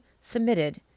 submitted